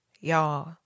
y'all